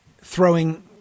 throwing